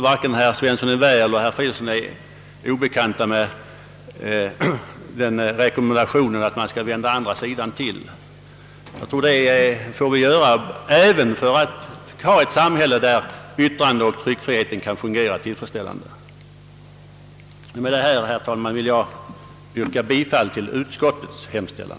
Varken herr Svensson i Vä eller herr Fridolfsson i Stockholm torde vara obekanta med rekommendationen att vända den andra kinden till, och det får vi väl göra också när det gäller att dana ett samhälle där yttrandeoch tryckfriheten kan fungera tillfredsställande. Herr talman! Med det anförda ber jag att få yrka bifall till utskottets hemställan.